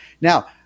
Now